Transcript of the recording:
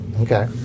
Okay